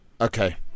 Okay